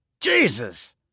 Jesus